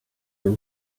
were